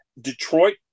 Detroit